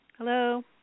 Hello